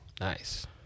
Nice